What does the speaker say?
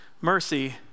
Mercy